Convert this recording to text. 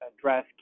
address